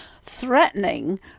threatening